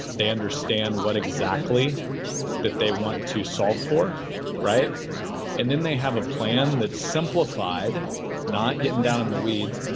they understand what exactly that they want to solve for and then they have a plan that simplified not get and down in the weeds.